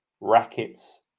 rackets